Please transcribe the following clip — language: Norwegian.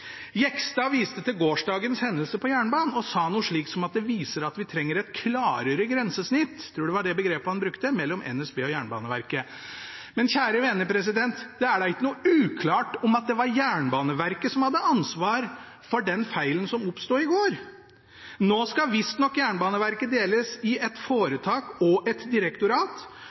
Jegstad viste til gårsdagens hendelse på jernbanen og sa noe slikt som at det viser at vi trenger «et klarere grensesnitt» – jeg tror det var det begrepet han brukte – mellom NSB og Jernbaneverket. Men kjære vene, det er da ikke noe uklarhet om at det var Jernbaneverket som hadde ansvaret for den feilen som oppsto i går? Nå skal visstnok Jernbaneverket deles i et